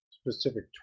specific